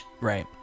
Right